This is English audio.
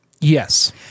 Yes